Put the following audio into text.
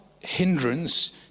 hindrance